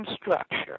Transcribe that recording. structure